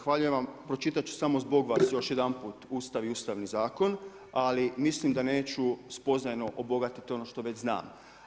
Zahvaljujem, pročitati ću samo zbog vas, još jedanput Ustav i ustavni zakon, ali mislim da neću spoznajno obogatite ono što već zna.